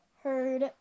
heard